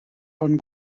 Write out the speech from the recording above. von